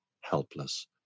helpless